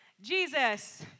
Jesus